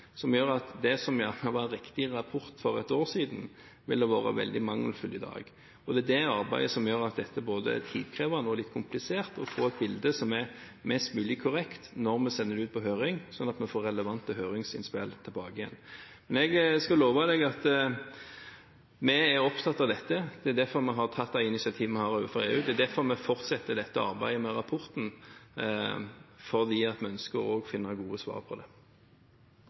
som gjør at det som var riktig rapport for et år siden, ville være veldig mangelfull i dag. Det er det arbeidet som gjør at det både er tidkrevende og litt komplisert å få et bilde som er mest mulig korrekt når vi sender det ut på høring, så vi får relevante høringsinnspill tilbake. Jeg skal love at vi er opptatt av dette. Det er derfor vi har tatt det initiativet vi har tatt overfor EU, det er derfor vi fortsetter dette arbeidet med rapporten – vi ønsker å finne gode svar på det.